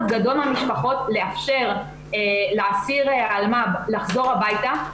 לאפשר לאסיר אלמ"ב לחזור הביתה,